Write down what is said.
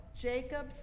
Jacob's